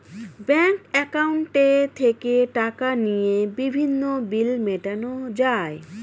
bank অ্যাকাউন্টে থেকে টাকা নিয়ে বিভিন্ন বিল মেটানো যায়